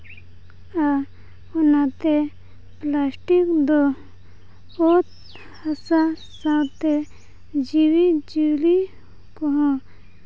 ᱟ ᱚᱱᱟᱛᱮ ᱯᱞᱟᱥᱴᱤᱠ ᱫᱚ ᱚᱛ ᱦᱟᱥᱟ ᱥᱟᱶᱛᱮ ᱡᱤᱣᱤ ᱡᱤᱭᱟᱹᱞᱤ ᱠᱚᱦᱚᱸ